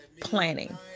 planning